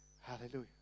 Hallelujah